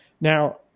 Now